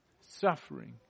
suffering